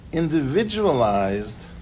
individualized